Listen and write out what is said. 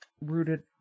rooted